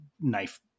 knife